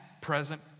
present